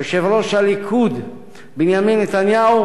יושב-ראש הליכוד בנימין נתניהו,